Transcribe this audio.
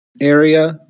area